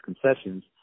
concessions